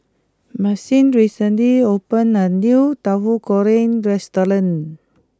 Maxim recently opened a new Tauhu Goreng restaurant